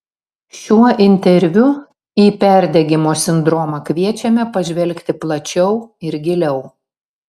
šiuo interviu į perdegimo sindromą kviečiame pažvelgti plačiau ir giliau